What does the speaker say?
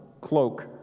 cloak